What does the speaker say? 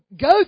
go